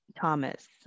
Thomas